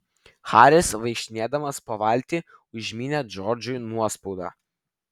haris vaikštinėdamas po valtį užmynė džordžui nuospaudą